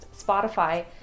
Spotify